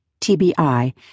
TBI